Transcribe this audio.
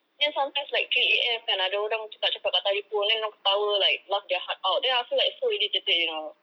then sometimes like three A_M kan ada orang cakap-cakap kat telefon then dia orang ketawa like laugh their heart out then I feel like so irritated you know